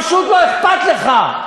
פשוט לא אכפת לך.